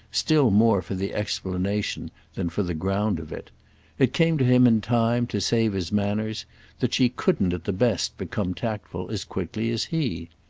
still more for the explanation than for the ground of it it came to him in time to save his manners that she couldn't at the best become tactful as quickly as he.